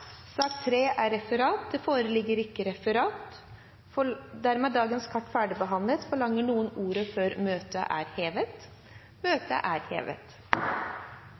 sak nr. 2 avsluttet. Det foreligger ikke noe referat. Dermed er dagens kart ferdigbehandlet. Forlanger noen ordet før møtet heves? – Møtet er hevet.